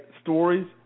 stories